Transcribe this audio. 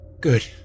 Good